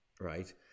right